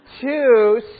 Two